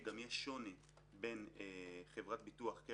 כרגיל לחבריי חברי הכנסת,